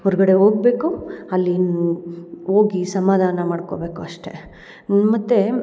ಹೊರಗಡೆ ಹೋಗ್ಬೇಕು ಅಲ್ಲಿ ಇನ್ನು ಹೋಗಿ ಸಮಾಧಾನ ಮಾಡ್ಕೊಬೇಕು ಅಷ್ಟೇ ಮತ್ತು